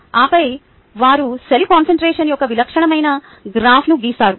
ఆపై వారు cell concentration యొక్క విలక్షణమైన గ్రాఫ్ను గీస్తారు